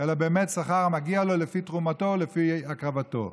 אלא באמת שכר המגיע לו לפי תרומתו ולפי הקרבתו.